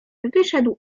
wyszedł